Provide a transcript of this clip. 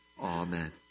Amen